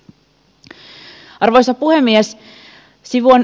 arvoisa puhemies